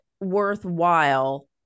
worthwhile